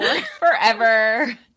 forever